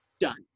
done